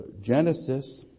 Genesis